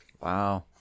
Wow